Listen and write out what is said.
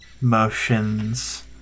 motions